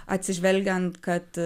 atsižvelgiant kad